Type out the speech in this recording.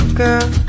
girl